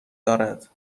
دارد